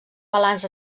balanç